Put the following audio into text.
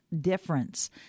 difference